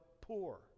poor